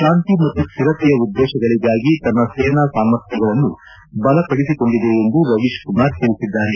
ಶಾಂತಿ ಮತ್ತು ಸ್ಟಿರತೆಯ ಉದ್ದೇಶಗಳಗಾಗಿ ತನ್ನ ಸೇನಾ ಸಾಮರ್ಥ್ಯಗಳನ್ನು ಬಲಪಡಿಸಿಕೊಂಡಿದೆ ಎಂದು ರವೀಶ್ ಕುಮಾರ್ ತಿಳಿಸಿದ್ದಾರೆ